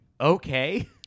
okay